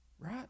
Right